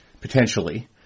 potentially